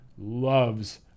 loves